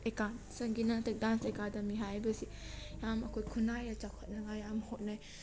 ꯁꯪꯒꯤꯠ ꯅꯥꯇꯛ dance academy ꯍꯥꯏꯕꯁꯤ ꯌꯥꯝ ꯑꯩꯈꯣꯏ ꯈꯨꯟꯅꯥꯏꯗ ꯌꯥꯝ ꯆꯥꯎꯈꯠꯅꯤꯉꯥꯏ ꯌꯥꯝ ꯍꯣꯠꯅꯩ